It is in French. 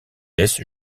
laisse